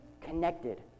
connected